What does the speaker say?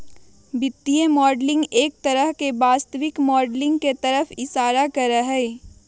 वित्तीय मॉडलिंग एक तरह से वास्तविक माडलिंग के तरफ इशारा करा हई